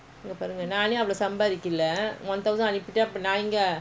இங்கபாருங்க:inka paarunka one thousand அனுப்பிட்டாஅப்புறம்நான்எங்க:anuppitta aparam naan enka